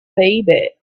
baby